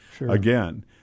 again